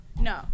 No